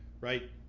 right